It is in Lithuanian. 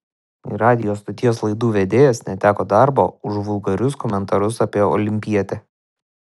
radijo stoties laidų vedėjas neteko darbo už vulgarius komentarus apie olimpietę